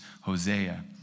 Hosea